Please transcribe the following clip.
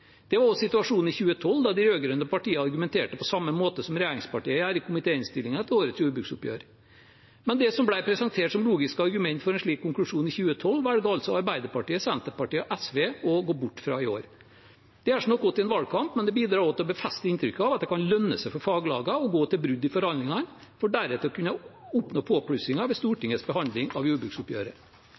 Det var også situasjonen i 2012, da de rød-grønne partiene argumenterte på samme måte som regjeringspartiene gjør i komitéinnstillingen til årets jordbruksoppgjør. Men det som ble presentert som logiske argumenter for en slik konklusjon i 2012, velger altså Arbeiderpartiet, Senterpartiet og SV å gå bort fra i år. Det gjør seg nok godt i en valgkamp, men det bidrar også til å befeste inntrykket av at det kan lønne seg for faglagene å gå til brudd i forhandlingene, for deretter å kunne oppnå påplussinger ved Stortingets behandling av jordbruksoppgjøret.